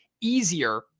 easier